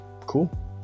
cool